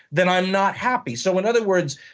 then i'm not happy. so in other words,